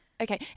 okay